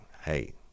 hey